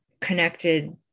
connected